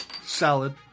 Salad